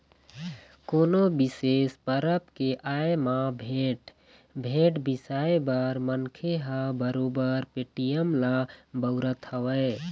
कोनो बिसेस परब के आय म भेंट, भेंट बिसाए बर मनखे ह बरोबर पेटीएम ल बउरत हवय